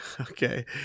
Okay